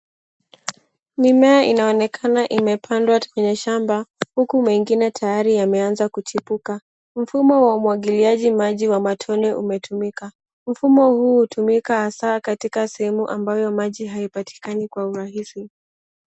Mimea inaonekana imepandwa kwenye shamba huku mengine tayari yameanza kuchipuka. Mfumo wa umwagiliaji maji wa matone umetumika. Mfumo huu hutumika hasa katika sehemu ambayo maji haipatikani kwa urahisi.